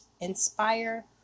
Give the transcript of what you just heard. inspire